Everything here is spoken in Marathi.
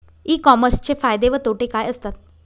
ई कॉमर्सचे फायदे व तोटे काय असतात?